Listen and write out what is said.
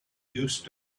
used